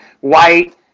white